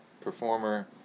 performer